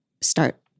start